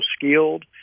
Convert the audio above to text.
skilled